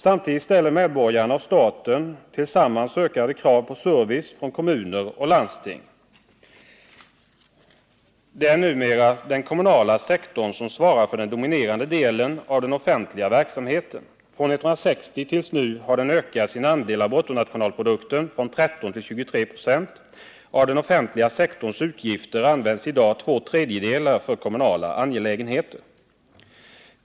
Därtill ställer medborgarna och staten tillsammans ökade krav på service från kommuner och landsting. Det är numera den kommunala sektorn som svarar för den dominerande delen av den offentliga verksamheten. Från 1960 till i dag har den ökat sin andel av bruttonationalprodukten från 13 till 23 96. Av den offentliga sektorns utgifter används i dag två tredjedelar för kommunala angelägenheter.